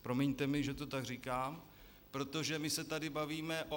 Promiňte mi, že to tak říkám, protože my se tady bavíme o